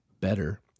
better